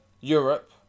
Europe